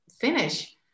finish